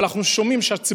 ואנחנו שומעים שהציבור,